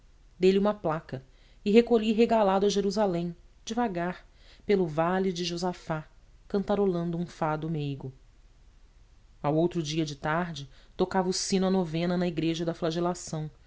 dei-lhe uma placa e recolhi regalado a jerusalém devagar pelo vale de josafate cantarolando um fado meigo ao outro dia de tarde tocava o sino a novena na igreja da flagelação